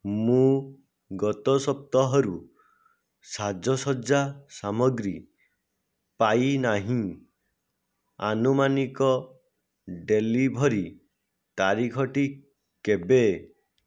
ମୁଁ ଗତ ସପ୍ତାହରୁ ସାଜସଜ୍ଜା ସାମଗ୍ରୀ ପାଇନାହିଁ ଆନୁମାନିକ ଡେଲିଭରି ତାରିଖଟି କେବେ